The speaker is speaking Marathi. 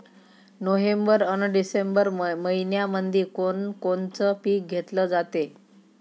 नोव्हेंबर अन डिसेंबर मइन्यामंधी कोण कोनचं पीक घेतलं जाते?